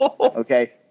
Okay